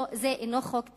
זה אינו חוק טכני,